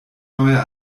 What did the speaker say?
neue